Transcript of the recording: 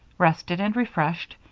rested and refreshed,